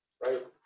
right